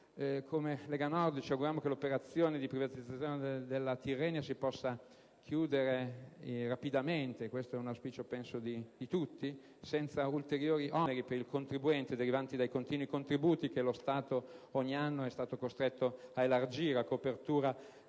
Come Lega Nord ci auguriamo che l'operazione di privatizzazione della Tirrenia si possa concludere rapidamente (penso che questo sia l'auspicio di tutti), senza ulteriori oneri per il contribuente derivanti dai continui contributi che lo Stato ogni anno è stato costretto ad elargire a copertura dei clamorosi